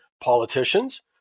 politicians